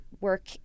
work